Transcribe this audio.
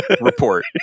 report